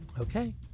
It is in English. Okay